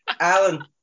Alan